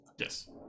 Yes